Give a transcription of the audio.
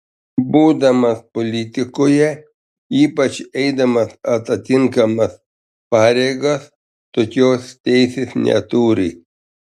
būdamas politikoje ypač eidamas atitinkamas pareigas tokios teisės neturi